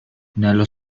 nello